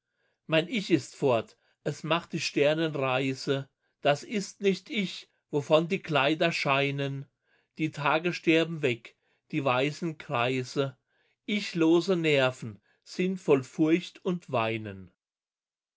mein ich ist fort es macht die sternenreise das ist nicht ich wovon die kleider scheinen die tage sterben weg die weißen greise ichlose nerven sind voll furcht und weinen